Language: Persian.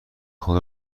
خود